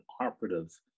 operative